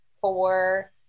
four